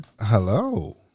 Hello